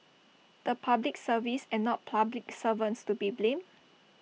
the Public Service and not public servants to be blamed